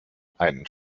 einen